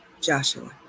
Joshua